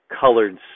colored